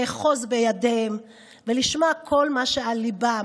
לאחוז בידיהם ולשמוע כל מה שעל ליבם.